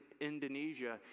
Indonesia